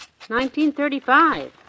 1935